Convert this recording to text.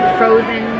frozen